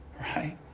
Right